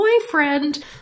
boyfriend